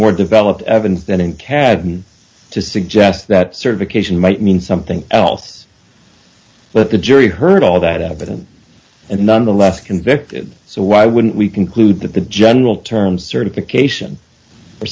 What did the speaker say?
more developed evans than in cad and to suggest that certification might mean something else but the jury heard all that evidence and nonetheless convicted so why wouldn't we conclude that the general term certification